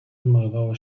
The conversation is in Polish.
odmalowało